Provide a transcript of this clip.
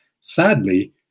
Sadly